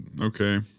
okay